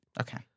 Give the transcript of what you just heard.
Okay